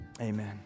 Amen